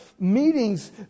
meetings